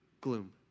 gloom